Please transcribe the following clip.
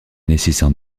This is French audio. nécessitant